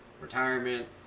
retirement